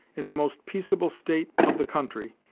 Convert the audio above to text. in the most peaceable state of the country,